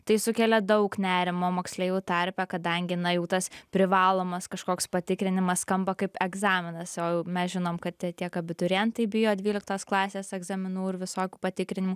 tai sukelia daug nerimo moksleivių tarpe kadangi na jau tas privalomas kažkoks patikrinimas skamba kaip egzaminas o jau mes žinom kad tie tiek abiturientai bijo dvyliktos klasės egzaminų ir visokių patikrinimų